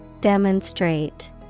Demonstrate